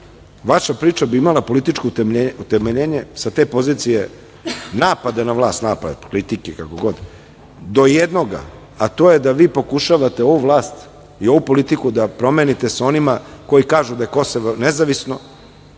vaša priča bi imala političko utemeljenje sa te pozicije napada na vlast, kritike, kako god, do jednoga, a to je da vi pokušavate ovu vlast i ovu politiku da promenite sa onima koji kažu da je Kosovo nezavisno